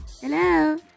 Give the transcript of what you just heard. Hello